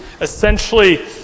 Essentially